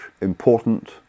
important